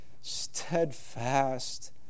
steadfast